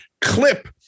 clip